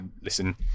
Listen